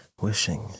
wishing